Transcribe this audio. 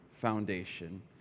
foundation